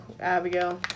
Abigail